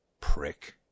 Prick